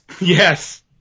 Yes